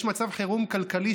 יש מצב חירום כלכלי,